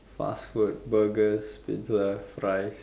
fast food burgers pizza fries